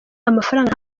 amafaranga